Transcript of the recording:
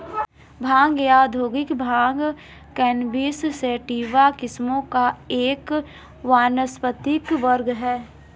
भांग या औद्योगिक भांग कैनबिस सैटिवा किस्मों का एक वानस्पतिक वर्ग है